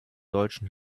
deutschen